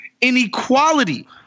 inequality